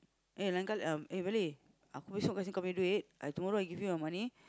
eh um eh Belly aku besok kasih kau punya duit I tomorrow I give you your money